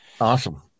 Awesome